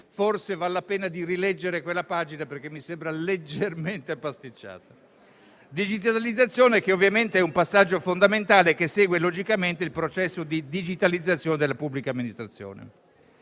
Forse vale la pena di rileggere quella pagina perché mi sembra leggermente pasticciata. La digitalizzazione ovviamente è un passaggio fondamentale che segue logicamente il processo di digitalizzazione della pubblica amministrazione.